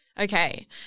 Okay